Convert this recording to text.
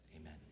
amen